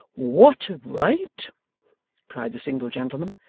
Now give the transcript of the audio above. what right cried the single gentleman,